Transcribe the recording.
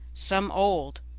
some old,